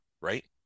right